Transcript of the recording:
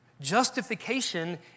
Justification